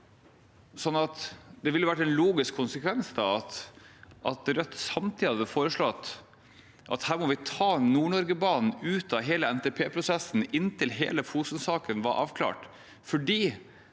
Det ville da vært en logisk konsekvens at Rødt samtidig hadde foreslått at her må vi ta Nord-Norge-banen ut av hele NTP-prosessen inntil hele Fosen-saken er avklart.